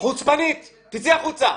חוצפנית, תצאי החוצה.